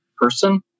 person